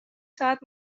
ساعت